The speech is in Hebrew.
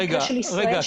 במקרה של ישראל,